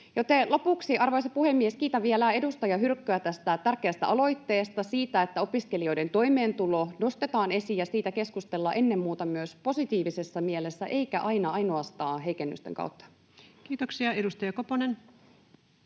Lopuksi, arvoisa puhemies, kiitän vielä edustaja Hyrkköä tästä tärkeästä aloitteesta ja siitä, että opiskelijoiden toimeentulo nostetaan esiin ja siitä keskustellaan ennen muuta myös positiivisessa mielessä eikä aina ainoastaan heikennysten kautta. [Speech 15] Speaker: